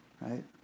right